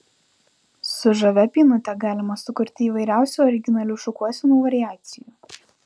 su žavia pynute galima sukurti įvairiausių originalių šukuosenų variacijų